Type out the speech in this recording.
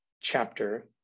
chapter